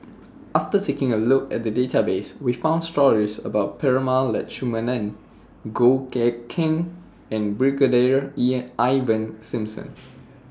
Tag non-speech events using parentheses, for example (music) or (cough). after taking A Look At The Database We found stories about Prema Letchumanan Goh Eck Kheng and Brigadier (unintelligible) Ivan Simson